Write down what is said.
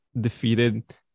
defeated